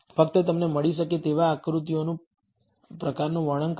ફક્ત તમને મળી શકે તેવા આકૃતિઓના પ્રકારનું વર્ણન કરવા